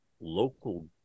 local